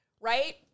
Right